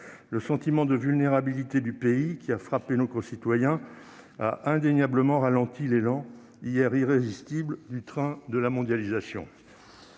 Le sentiment de vulnérabilité du pays, qui a frappé nos concitoyens, a indéniablement ralenti l'élan, hier irrésistible, du train de la mondialisation.